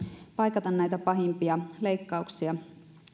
paikata pahimpia leikkauksia